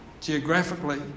geographically